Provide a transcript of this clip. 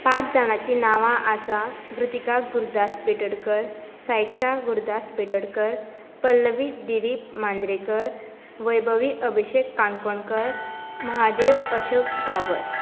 पांच जाणांची नांवां आसात वृतीका गुरुदास पेटडकर साईकक्षा गुरुदास पेटडकर पल्लवी दिलीप मांद्रेकर वैभवी अभिशेक काणकोणकर महादेव अशोक गावस